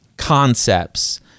concepts